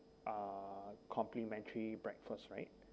uh complimentary breakfast right